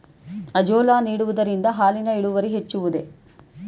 Azolla ನೀಡುವುದರಿಂದ ಹಾಲಿನ ಇಳುವರಿ ಹೆಚ್ಚುವುದೇ?